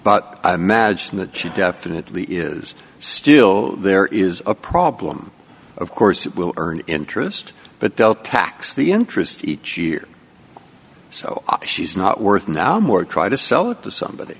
but i imagine that she definitely is still there is a problem of course it will earn interest but they'll tax the interest each year so she's not worth now more try to sell it to somebody